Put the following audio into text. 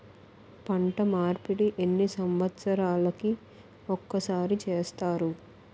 పంట మార్పిడి ఎన్ని సంవత్సరాలకి ఒక్కసారి చేస్తారు?